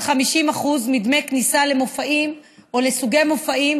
50% מדמי כניסה למופעים או לסוגי מופעים,